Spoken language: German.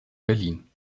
berlin